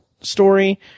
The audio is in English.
story